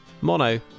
mono